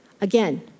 Again